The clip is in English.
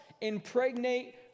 impregnate